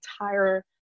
entire